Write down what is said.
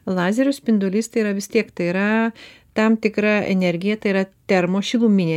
lazerio spindulys tai yra vis tiek tai yra tam tikra energija tai yra termošiluminė